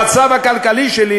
המצב הכלכלי שלי,